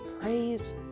praise